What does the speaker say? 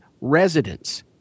residents